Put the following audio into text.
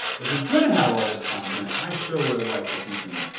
but if you're going to have all this content, i sure would have liked to see some,